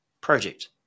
Project